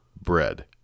bread